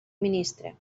ministre